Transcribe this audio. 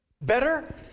Better